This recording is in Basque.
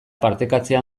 partekatzea